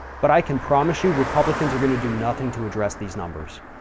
but i can promise you republicans are going to do nothing to address these numbers.